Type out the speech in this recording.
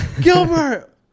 Gilbert